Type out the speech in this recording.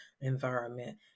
environment